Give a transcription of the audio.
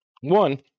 one